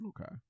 okay